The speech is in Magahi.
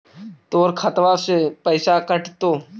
तोर खतबा से पैसा कटतो?